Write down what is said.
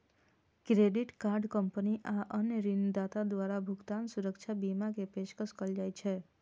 credit card company आ अन्य ऋणदाता द्वारा भुगतान सुरक्षा बीमा के पेशकश कैल जाइ छै